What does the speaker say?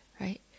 right